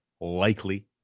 likely